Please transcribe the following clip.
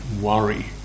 worry